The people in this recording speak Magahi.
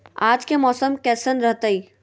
आज के मौसम कैसन रहताई?